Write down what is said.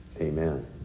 amen